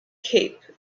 cape